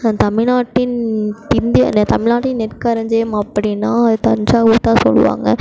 தமிழ்நாட்டின் பின்பு தமிழ் நாட்டின் நெற்களஞ்சியம் அப்படினா அது தஞ்சாவூர்தான் சொல்வாங்க